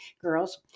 girls